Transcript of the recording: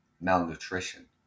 malnutrition